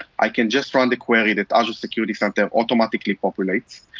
i can just run the query that azure security center automatically populates.